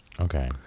Okay